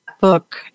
book